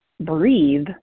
breathe